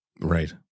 right